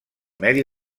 medi